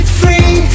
free